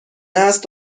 هست